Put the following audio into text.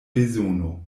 bezono